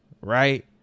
right